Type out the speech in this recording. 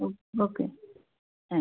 হুম okay হ্যাঁ